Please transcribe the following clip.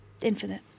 infinite